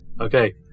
Okay